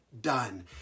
done